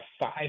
five